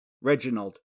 Reginald